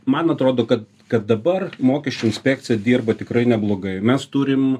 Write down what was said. man atrodo kad kad dabar mokesčių inspekcija dirba tikrai neblogai mes turim